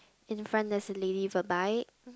in front there's a lady with bike